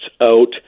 out